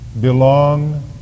belong